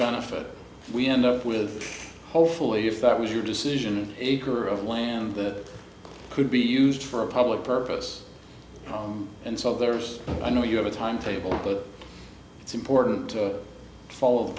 benefit we end up with hopefully if that was your decision and acre of land that could be used for a public purpose and so there's i know you have a timetable but it's important to follow the